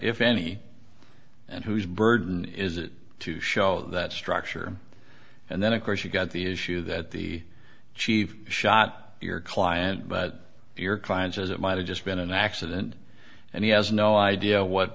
if any and whose burden is it to show that structure and then of course you've got the issue that the chief shot your client but your client as it might have just been an accident and he has no idea what